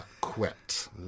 quit